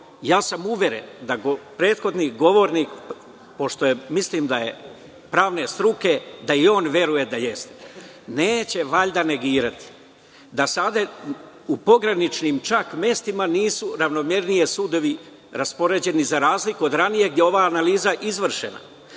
bolja? Uveren sam da prethodni govornik, mislim da je pravne struke, misli da jeste. Neće valjda negirati da u pograničnim mestima nisu ravnomernije sudovi raspoređeni, za razliku od ranijeg je ova analiza izvršena.